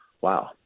wow